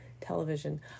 television